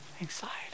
anxiety